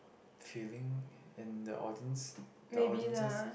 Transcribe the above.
feeling in the audience the audiences